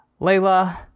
Layla